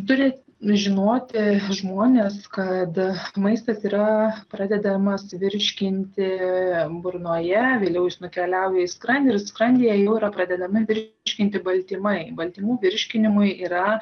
turi žinoti žmonės kad maistas yra pradedamas virškinti burnoje vėliau jis nukeliauja į skrandį ir skrandyje jau yra pradedami virškinti baltymai baltymų virškinimui yra